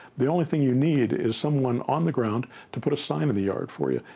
the only thing you need is someone on the ground to put a sign in the yard for you.